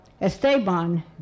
Esteban